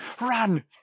run